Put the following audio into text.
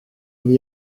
n’y